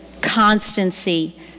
constancy